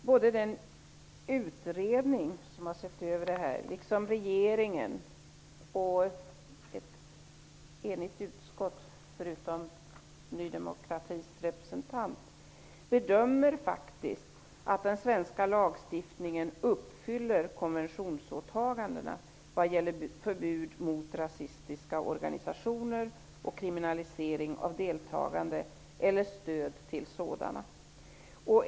Både den utredning som har sett över frågan liksom regeringen och ett enigt utskott -- Ny demokratis representant undantagen -- bedömer faktiskt att den svenska lagstiftningen fullgör konventionsåtagandena vad gäller förbud mot rasistiska organisationer och kriminalisering av deltagande i eller stöd till sådana.